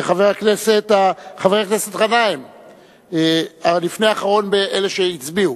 חבר הכנסת גנאים, לפני אחרון מבין אלה שהצביעו.